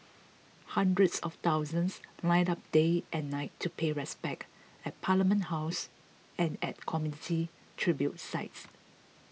hundreds of thousands lined up day and night to pay respects at Parliament House and at community tribute sites